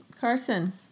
Carson